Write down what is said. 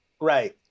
Right